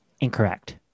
Incorrect